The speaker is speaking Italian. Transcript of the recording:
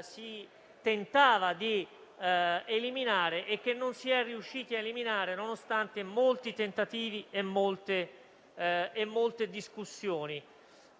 si tentava di eliminare e che non si è riusciti a eliminare, nonostante molti tentativi e discussioni.